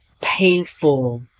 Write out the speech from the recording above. painful